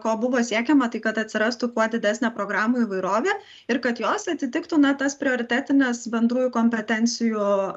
ko buvo siekiama tai kad atsirastų kuo didesnė programų įvairovė ir kad jos atitiktų ne tas prioritetines bendrųjų kompetencijų